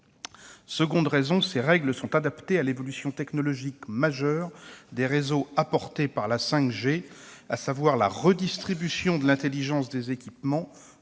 Deuxièmement, ces règles sont adaptées à l'évolution technologique majeure des réseaux apportés par la 5G, à savoir la redistribution de l'intelligence des équipements,